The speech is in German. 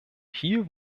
hier